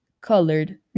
colored